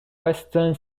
western